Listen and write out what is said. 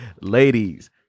Ladies